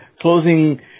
closing